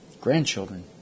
grandchildren